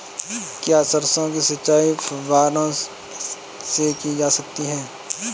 क्या सरसों की सिंचाई फुब्बारों से की जा सकती है?